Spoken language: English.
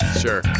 Sure